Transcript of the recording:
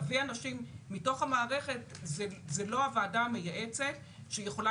להביא אנשים מתוך המערכת זה לא הוועדה המייעצת שיכולה